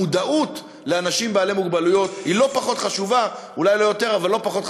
המודעות לאנשים עם מוגבלות לא פחות חשובה,